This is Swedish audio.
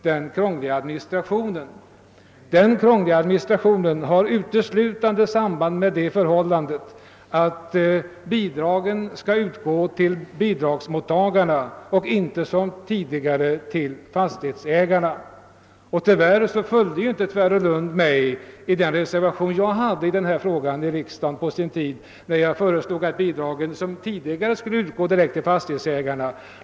Den krångliga administrationen beror uteslutande på det förhållandet att bidragen skall utgå till bidragsmottagarna och inte som tidigare till fastighetsägarna. Tyvärr stödde inte herr Nilsson i Tvärålund den reservation, som jag på sin tid framlade i riksdagen och i vilken jag föreslog att bidragen såsom tidigare skulle utgå direkt till fastighetsägarna.